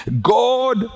God